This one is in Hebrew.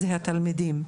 זה התלמידים.